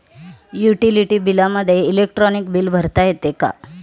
Utility बिलामध्ये electronic bill भरता येते का?